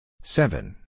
Seven